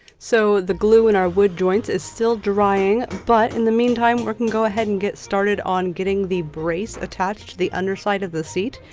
so the glue in our wood joints is still drying, but in the meantime, work can go ahead and get started on getting the brace attached to the underside of the seat.